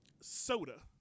soda